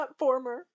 platformer